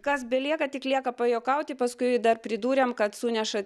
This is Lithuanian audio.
kas belieka tik lieka pajuokauti paskui dar pridūrėm kad suneša